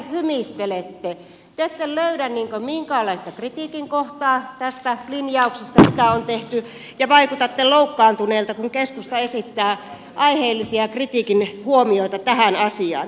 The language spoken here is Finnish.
te ette löydä niin kuin minkäänlaista kritiikin kohtaa tästä linjauksesta mitä on tehty ja vaikutatte loukkaantuneilta kun keskusta esittää aiheellisia kritiikin huomioita tähän asiaan